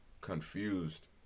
confused